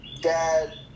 dad